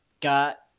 Got